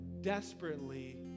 desperately